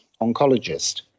oncologist